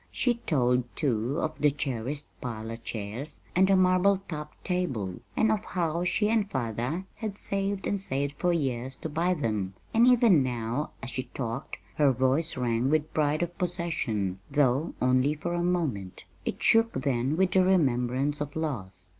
she told, too, of the cherished parlor chairs and marble-topped table, and of how she and father had saved and saved for years to buy them and even now, as she talked, her voice rang with pride of possession though only for a moment it shook then with the remembrance of loss.